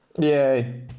Yay